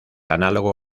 análogo